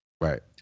Right